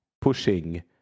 pushing